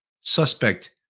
suspect